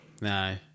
No